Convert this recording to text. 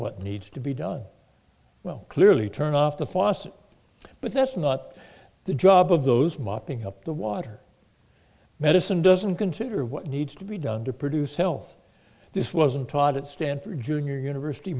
what needs to be done well clearly turn off the faucet but that's not the job of those mopping up the water medicine doesn't consider what needs to be done to produce health this wasn't taught at stanford junior university